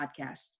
podcast